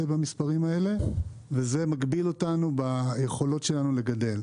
במספרים האלה וזה מגביל אותנו ביכולות שלנו לגדל,